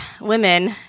women